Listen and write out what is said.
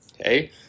Okay